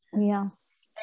Yes